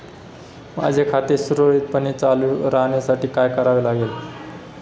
माझे खाते सुरळीतपणे चालू राहण्यासाठी काय करावे लागेल?